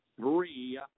three